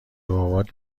بابات